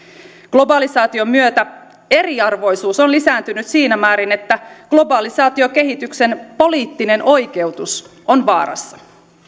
globalisaation myötä eriarvoisuus on lisääntynyt siinä määrin että globalisaatiokehityksen poliittinen oikeutus on vaarassa